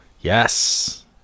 Yes